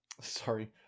sorry